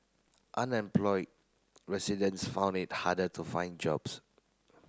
unemployed residents found it harder to find jobs